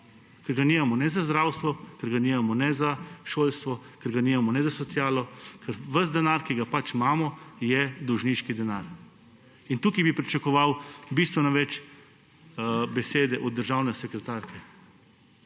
Ker ga nimamo ne za zdravstvo, ker ga nimamo ne za šolstvo, ker ga nimamo ne za socialo. Ves denar, ki ga imamo, je dolžniški denar. Tukaj bi pričakoval bistveno več besede od državne sekretarke.